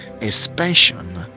expansion